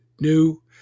new